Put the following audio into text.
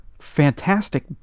fantastic